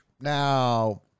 Now